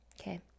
okay